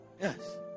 yes